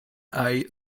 eye